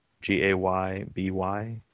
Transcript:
g-a-y-b-y